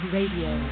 Radio